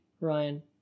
Ryan